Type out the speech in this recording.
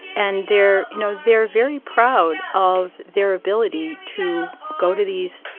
and they're you know, they're very proud of their ability to go to these,